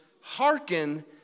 hearken